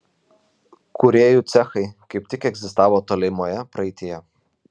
kūrėjų cechai kaip tik egzistavo tolimoje praeityje